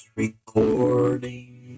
recording